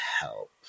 help